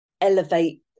elevate